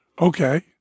okay